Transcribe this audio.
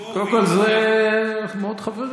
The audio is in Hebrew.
תור והתרחב, קודם כול, זה מאוד חברי.